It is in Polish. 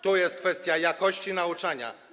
Tu jest kwestia jakości nauczania.